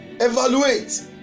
evaluate